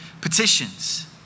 petitions